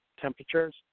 temperatures